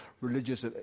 religious